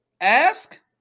Ask